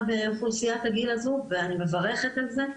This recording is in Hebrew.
באוכלוסיית הגיל הזו ואני מברכת על זה,